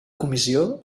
comissió